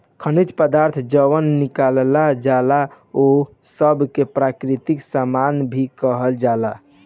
खनिज पदार्थ जवन निकालल जाला ओह सब के प्राकृतिक सामान भी कहल जाला